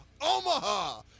Omaha